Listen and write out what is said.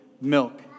milk